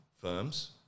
firms